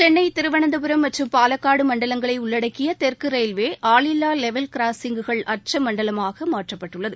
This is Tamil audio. சென்னை திருவனந்தபுரம் மற்றும் பாலக்காடு மண்டலங்களை உள்ளடக்கிய தெற்கு ரயில்வே ஆளில்லா லெவல் கிராசிங்குகள் அற்ற மண்டலமாக மாற்றப்பட்டுள்ளது